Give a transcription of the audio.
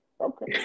Okay